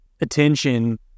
attention